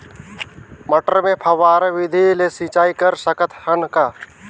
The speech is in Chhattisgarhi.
मटर मे फव्वारा विधि ले सिंचाई कर सकत हन का?